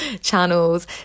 channels